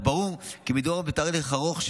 אך ברור כי מדובר בתהליך ארוך,